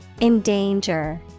Endanger